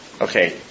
Okay